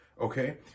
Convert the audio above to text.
Okay